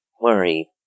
worry